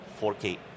4K